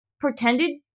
pretended